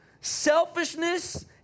selfishness